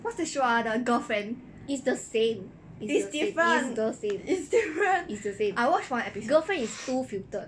is the same is the same is the same girlfriend is too filtered